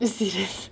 yes yes yes